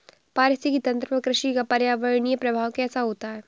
पारिस्थितिकी तंत्र पर कृषि का पर्यावरणीय प्रभाव कैसा होता है?